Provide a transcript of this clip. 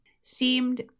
seemed